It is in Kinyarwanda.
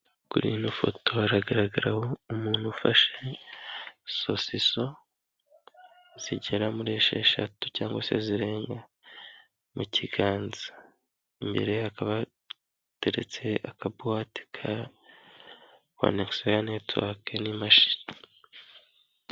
Kuri ino foto hagaragaraho umuntu ufashe sosiso zigera muri esheshatu cyangwa se zirenga mu kiganza. Imbere ye hakaba hateretse akabuwate ka onesifeya netiwake n'imashini.